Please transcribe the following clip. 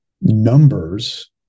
numbers